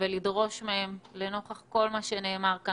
ולדרוש מהם לנוכח כל מה שנאמר כאן